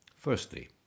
Firstly